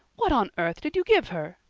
what on earth did you give her?